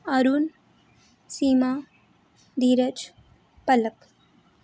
Arun Seema Dheeraj Palak